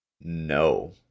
No